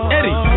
Eddie